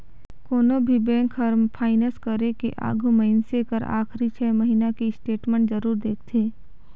कोनो भी बेंक हर फाइनेस करे के आघू मइनसे के आखरी छे महिना के स्टेटमेंट जरूर देखथें